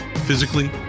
physically